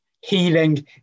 healing